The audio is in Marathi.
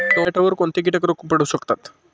टोमॅटोवर कोणते किटक रोग पडू शकतात?